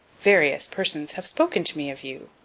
various persons have spoken to me of you.